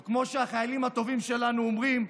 או כמו שהחיילים הטובים שלנו אומרים,